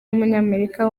w’umunyamerika